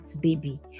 baby